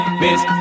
miss